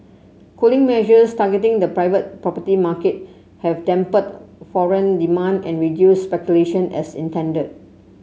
cooling measures targeting the private property market have dampened foreign demand and reduced speculation as intended